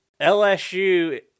LSU